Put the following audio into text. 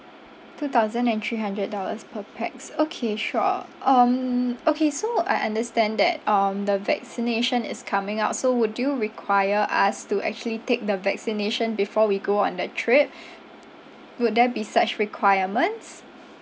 two thousand and three hundred dollars per pax okay sure um okay so I understand that um the vaccination is coming out so would you require us to actually take the vaccination before we go on the trip would there be such requirements